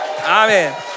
Amen